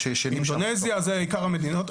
שישנים בתוך הלול.